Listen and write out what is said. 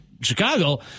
Chicago